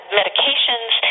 medications